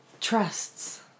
trusts